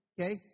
okay